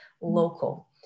local